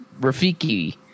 Rafiki